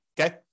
okay